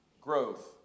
Growth